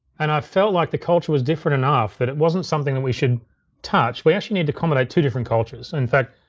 and i felt like the culture was different enough that it wasn't something that we should touch. we actually needed to accommodate two different cultures in fact,